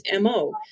MO